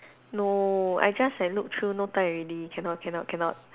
no I just like look through no time already cannot cannot cannot